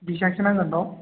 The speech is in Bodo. बेसेबांसो नांगोन बेयाव